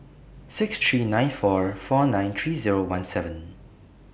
six three nine four four nine three Zero one seven